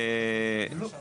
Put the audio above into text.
רגע, לפני, אני רק אומר.